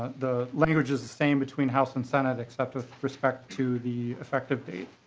the language is the same between house and senate except with respect to the effective date.